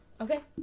Okay